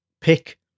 pick